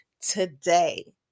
today